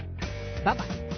bye-bye